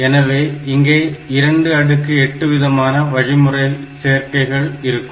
எனவே இங்கே 28 விதமான வழிமுறை சேர்க்கைகள் இருக்கும்